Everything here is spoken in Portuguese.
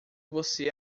você